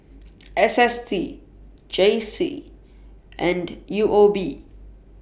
S S T J C and U O B